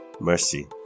Mercy